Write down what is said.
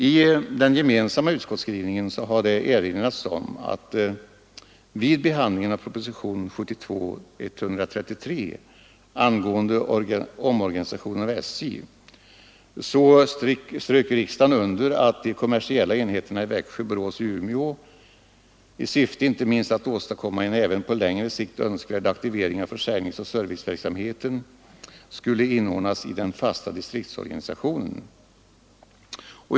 I den gemensamma utskottsskrivningen har det erinrats om att vid behandlingen av propositionen 133 år 1972 angående omorganisation av SJ underströk riksdagen att de kommersiella enheterna i Växjö, Borås och Umeå — i syfte inte minst att åstadkomma en även på längre sikt önskvärd aktivering av försäljningsoch serviceverksamheten — skulle inordnas i den fasta distriktsorganisationen.